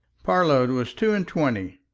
parload was two and twenty,